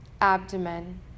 abdomen